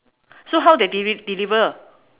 so how they deli~ deliver